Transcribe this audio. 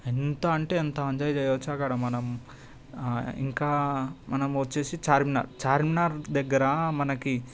ఎంత అంటే అంత ఎంజాయ్ చేయొచ్చు అక్కడ మనం ఇంకా మనము వచ్చేసి చార్మినార్ చార్మినార్ దగ్గర మనకి